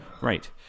Right